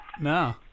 No